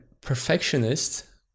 perfectionist